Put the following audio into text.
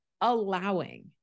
allowing